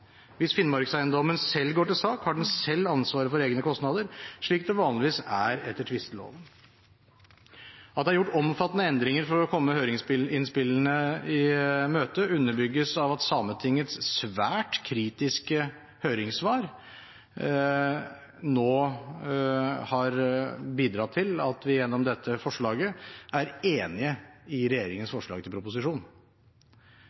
Hvis Finnmarkseiendommen selv går til sak, har den selv ansvaret for egne kostnader, slik det vanligvis er etter tvisteloven. At det er gjort omfattende endringer for å komme høringsinnspillene i møte, underbygges av at Sametingets svært kritiske høringssvar nå har bidratt til at man med dette forslaget er enig i regjeringens